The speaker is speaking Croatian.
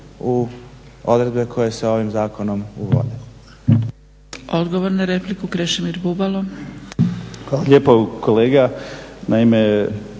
u odredbe koje se ovim zakonom uvode.